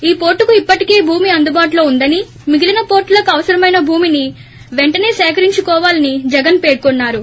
ఈ పోర్లుకు ఇప్పటికే భూమి అందుబాటులో ఉందని మిగిలీన వోర్లులకు అవసరమైన భూమిని వెంటసే సేకరించుకోవాలని జగన్ పేర్కొన్నారు